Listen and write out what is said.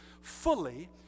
fully